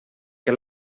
que